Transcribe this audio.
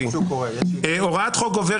--- לא היו בה